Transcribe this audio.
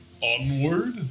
onward